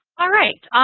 all right,